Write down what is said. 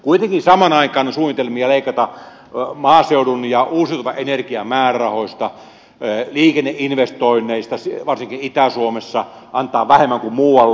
kuitenkin samaan aikaan on suunnitelmia leikata maaseudun ja uusiutuvan energian määrärahoista liikenneinvestoinneista varsinkin itä suomessa annetaan vähemmän kuin muualle